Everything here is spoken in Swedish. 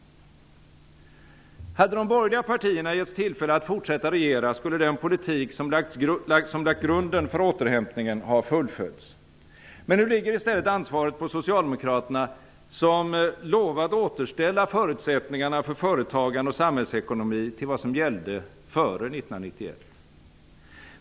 Hade de borgerliga partierna getts tillfälle att fortsätta regera, skulle den politik som lagt grunden för återhämtningen ha fullföljts. Men nu ligger i stället ansvaret på Socialdemokraterna, som lovat att återställa förutsättningarna för företagande och samhällsekonomi till vad som gällde före 1991.